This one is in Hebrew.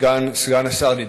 סגן השר,